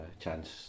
chance